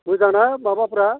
मोजांना माबाफोरा